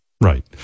right